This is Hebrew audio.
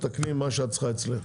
תתקני את מה שאת צריכה אצלך.